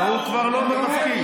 הוא כבר לא בתפקיד.